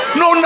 no